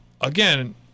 again